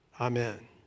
amen